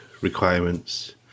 requirements